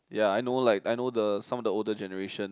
ya I know like I know the some of the older generation